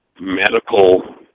medical